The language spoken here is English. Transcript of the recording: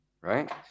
right